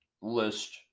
list